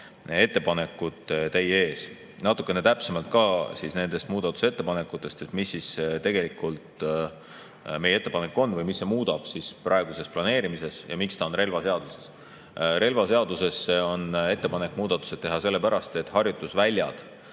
ettepanekud teie ees. Natukene täpsemalt ka nendest muudatusettepanekutest, mis siis tegelikult meie ettepanek on või mis see muudab praeguses planeerimises ja miks see on relvaseaduses. Relvaseaduses on ettepanek muudatused teha sellepärast, et harjutusväljad